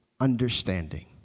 understanding